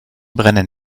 brennen